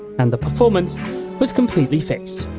and the performance was completely fixed.